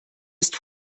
ist